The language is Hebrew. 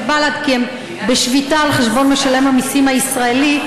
בל"ד כי הם בשביתה על חשבון משלם המיסים הישראלי,